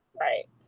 right